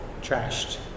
trashed